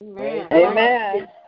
Amen